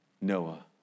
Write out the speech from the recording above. Noah